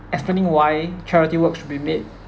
explaining why charity work should be made